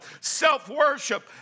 Self-worship